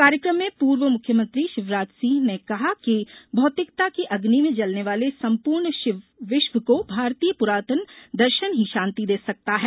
कार्यक्रम में पूर्व मुख्यमंत्री शिवराज सिंह ने कहा कि भौतिकता की अग्नि में जलने वाले सम्पूर्ण विश्व को भारतीय पुरातन दर्शन ही शांति दे सकता है